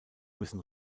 müssen